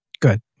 Good